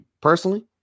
Personally